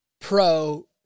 pro